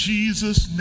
Jesus